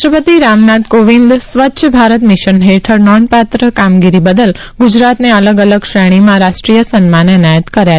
રાષ્ટ્રપતિ રામનાથ કોવિંદે સ્વચ્છ ભારત મિશન હેઠળ નોંધપાત્ર કામગીરી બદલ ગુજરાતને અલગ અલગ શ્રેણીમાં રાષ્ટ્રીય સન્માન એનાયત કર્યા